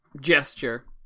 gesture